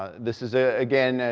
this is ah again,